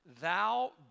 Thou